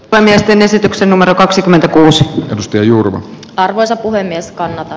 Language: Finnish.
päämiesten esityksen numero kaksikymmentäkuusi piste jurmo arvoisa puhemies kannata